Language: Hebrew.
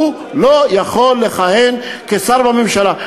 הוא לא יכול לכהן כשר בממשלה.